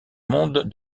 monde